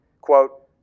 quote